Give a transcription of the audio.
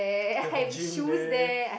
you have the gym there